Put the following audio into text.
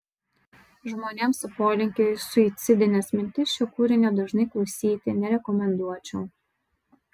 žmonėms su polinkiu į suicidines mintis šio kūrinio dažnai klausyti nerekomenduočiau